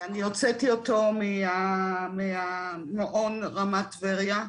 הוצאתי אותו מהמעון "רמת טבריה"